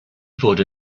wurde